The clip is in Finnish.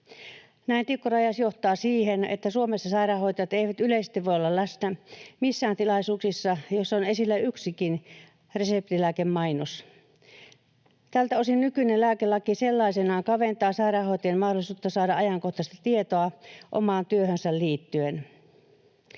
Näin tiukka rajaus johtaa siihen, että Suomessa sairaanhoitajat eivät yleisesti voi olla läsnä missään tilaisuuksissa, joissa on esillä yksikin reseptilääkemainos. Tältä osin nykyinen lääkelaki sellaisenaan kaventaa sairaanhoitajan mahdollisuutta saada ajankohtaista tietoa omaan työhönsä liittyen.